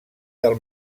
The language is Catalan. del